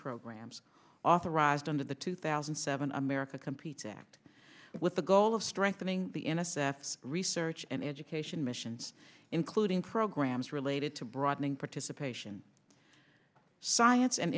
programs authorized under the two thousand and seven america competes act with the goal of strengthening the n s a s research and education missions including programs related to broadening participation science an